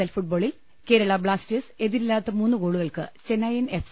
L ഫുട്ബോളിൽ Kerala Blasters എതിരില്ലാത്ത മൂന്നു ഗോളുകൾക്ക് ചെന്നൈയിൻ എഫ്